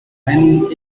reine